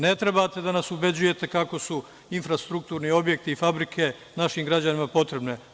Ne treba da nas ubeđujete kako su infrastrukturni objekti i fabrike našim građanima potrebni.